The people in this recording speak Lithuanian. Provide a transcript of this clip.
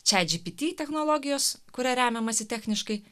chatgpt technologijos kuria remiamasi techniškai